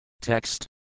Text